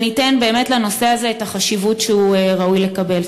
וניתן באמת לנושא הזה את החשיבות שהוא ראוי לקבל.